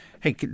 Hey